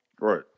Right